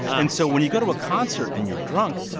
and so when you go to a concert and you're drunk,